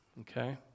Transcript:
Okay